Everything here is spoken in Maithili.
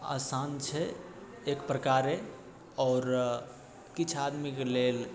आसान छै एक प्रकारे आओर किछु आदमीके लेल